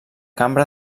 cambra